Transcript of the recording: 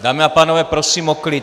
Dámy a pánové, prosím o klid.